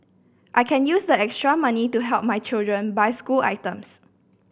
I can use the extra money to help my children buy school items